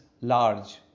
large